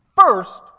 First